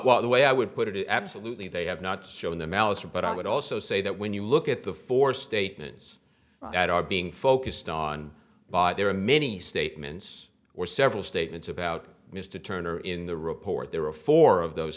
what the way i would put it absolutely they have not shown the malice for but i would also say that when you look at the four statements that are being focused on but there are many statements or several statements about mr turner in the report there are four of those